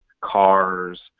cars